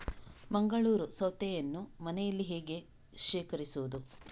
ಮಂಗಳೂರು ಸೌತೆಯನ್ನು ಮನೆಯಲ್ಲಿ ಹೇಗೆ ಶೇಖರಿಸುವುದು?